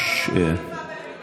עשו עבודה מאוד יפה בלמידה מרחוק.